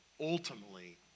ultimately